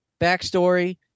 backstory